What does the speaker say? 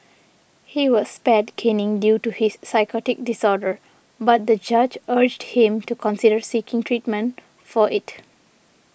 he was spared caning due to his psychotic disorder but the judge urged him to consider seeking treatment for it